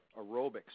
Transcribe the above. aerobics